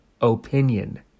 opinion